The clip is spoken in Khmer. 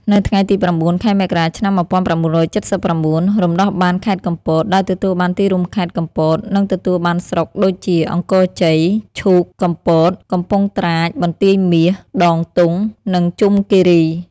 នៅថ្ងៃទី ០៩ ខែមករា ឆ្នាំ ១៩៧៩ រំដោះបានខេត្តកំពត ដោយទទួលបានទីរួមខេត្ត កំពត និងទទួលបានស្រុកដូចជា អង្គរជ័យ ឈូក កំពត កំពង់ត្រាច បន្ទាយមាស ដងទង់ និងជុំគីរី។